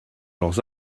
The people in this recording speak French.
leurs